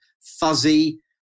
fuzzy